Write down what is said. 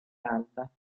alba